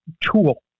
tool